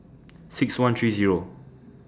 six one three Zero